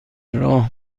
راه